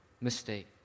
mistake